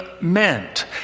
meant